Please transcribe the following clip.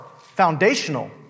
foundational